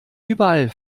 überall